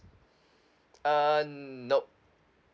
uh nope